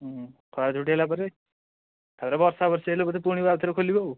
ଖରା ଛୁଟି ହେଲା ପରେ ତା'ପରେ ବର୍ଷା ବର୍ଷି ହେଲେ ପୁଣି ଆଉ ଥରେ ଖୋଲିବ ଆଉ